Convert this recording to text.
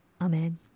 Amen